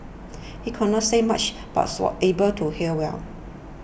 he could not say much but was able to hear well